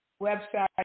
website